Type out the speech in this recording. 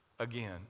again